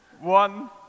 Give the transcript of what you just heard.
One